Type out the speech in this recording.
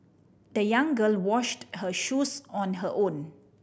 the young girl washed her shoes on her own